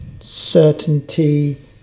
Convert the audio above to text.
certainty